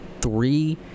three